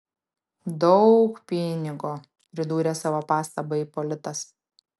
daug pinigo pridūrė savo pastabą ipolitas